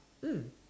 mm